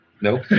Nope